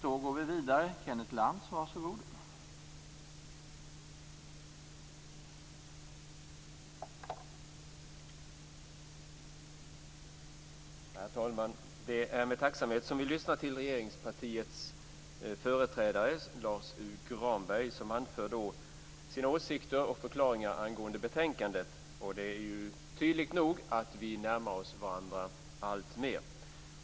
Herr talman! Det är med tacksamhet vi lyssnar på regeringspartiets företrädare Lars U Granberg. Han har anfört sina åsikter och förklaringar angående betänkandet. Det är tydligt att vi närmar oss varandra alltmer.